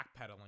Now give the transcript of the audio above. backpedaling